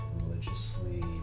religiously